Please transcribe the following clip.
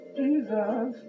jesus